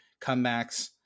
comebacks